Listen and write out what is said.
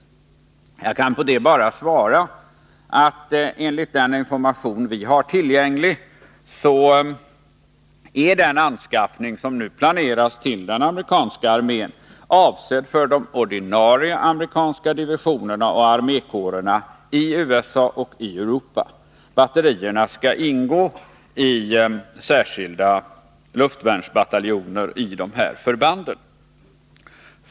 På det kan jag bara svara att enligt den information vi har tillgänglig, så är den anskaffning som nu planeras för den amerikanska armén avsedd för de ordinarie amerikanska divisionerna och armékårerna i USA och Europa. Batterierna skall ingå i särskilda luftvärnsbataljoner i de förbanden.